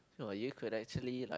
no you could actually like